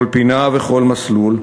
כל פינה וכל מסלול,